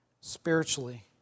spiritually